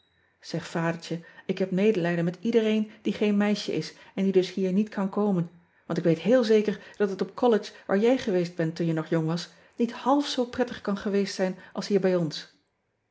eg adertje ik heb medelijden met iedereen die geen meisje is en die dus hier niet kan komen want ik weet heel zeker dat het op ollege waar jij geweest bent toen je nog jong was niet half zoo prettig kan geweest zijn als hier bij ons